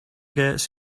gets